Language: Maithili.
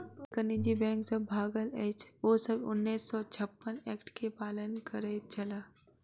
जतेक निजी बैंक सब भागल अछि, ओ सब उन्नैस सौ छप्पन एक्ट के पालन करैत छल